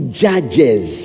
judges